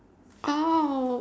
!ouch!